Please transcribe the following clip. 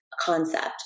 concept